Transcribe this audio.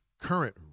current